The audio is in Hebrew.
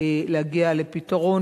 להגיע לפתרון,